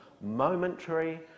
momentary